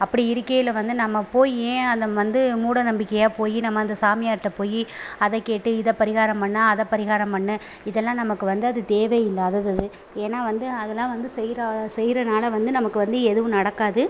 அப்படி இருக்கையில் வந்து நம்ம போய் ஏன் அதை வந்து மூட நம்பிக்கையாக போய் நம்ம அந்த சாமியார்ட்ட போய் அதை கேட்டு இதை பரிகாரம் பண்ணு அதை பரிகாரம் பண்ணு இதெல்லாம் நமக்கு வந்து அது தேவையில்லாதது அது ஏன்னா வந்து அதெல்லாம் வந்து செய்றனால செய்கிறனால வந்து நமக்கு வந்து எதுவும் நடக்காது